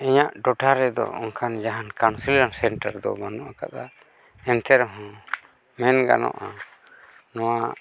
ᱤᱧᱟᱹᱜ ᱴᱚᱴᱷᱟ ᱨᱮᱫᱚ ᱚᱱᱠᱟᱱ ᱡᱟᱦᱟᱱ ᱵᱟᱹᱱᱩᱜ ᱟᱠᱟᱫᱟ ᱮᱱᱛᱮ ᱨᱮᱦᱚᱸ ᱢᱮᱱ ᱜᱟᱱᱚᱜᱼᱟ ᱱᱚᱣᱟ